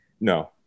No